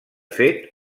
fet